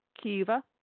Kiva